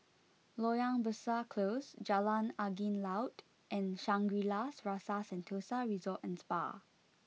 Loyang Besar Close Jalan Angin Laut and Shangri La's Rasa Sentosa Resort and Spa